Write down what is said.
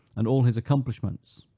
and all his accomplishments.